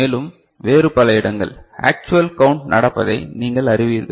மேலும் வேறு பல இடங்கள் ஆக்சுவல் கவுன்ட் நடப்பதை நீங்கள் அறிவீர்கள்